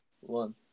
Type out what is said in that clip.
one